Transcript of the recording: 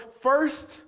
First